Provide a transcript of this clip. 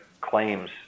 claims